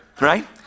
right